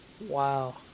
Wow